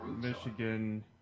Michigan